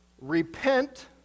Repent